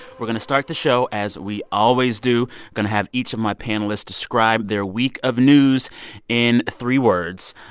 we're going to start the show as we always do. going to have each of my panelists describe their week of news in three words.